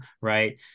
right